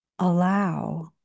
Allow